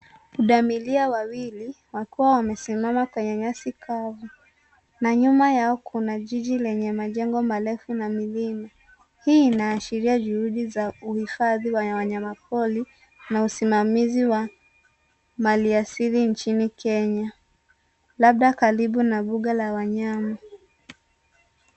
Pundamilia wawili wakiwa wamesimama kwenye nyasi kavu na nyuma yao kuna jiji lenye majengo marefu na Milima. Hii inaashiria juhudi za uhifadhi wa wanyama pori na usimamizi wa mali asili nchini Kenya. Labda karibu na mbuga la wanyama.